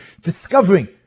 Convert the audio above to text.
discovering